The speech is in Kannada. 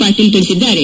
ಪಾಟೀಲ್ ತಿಳಿಸಿದ್ದಾರೆ